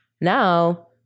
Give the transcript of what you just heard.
now